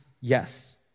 yes